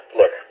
Look